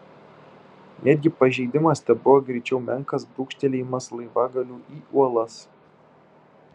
netgi pažeidimas tebuvo greičiau menkas brūkštelėjimas laivagaliu į uolas